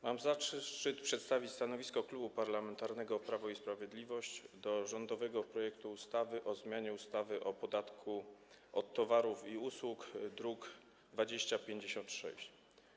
Mam zaszczyt przedstawić stanowisko Klubu Parlamentarnego Prawo i Sprawiedliwość co do rządowego projektu ustawy o zmianie ustawy o podatku od towarów i usług, druk nr 2056.